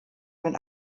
mit